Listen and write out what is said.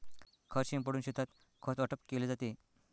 खत शिंपडून शेतात खत वाटप केले जाते